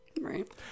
Right